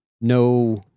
No